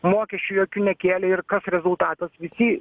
mokesčių jokių nekėlė ir kas rezultatas visi